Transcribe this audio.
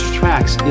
tracks